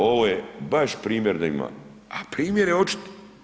Ovo je baš primjer da ima, a primjer je očit.